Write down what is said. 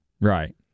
Right